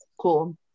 cool